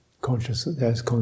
Consciousness